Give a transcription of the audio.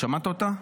שמעת אותה?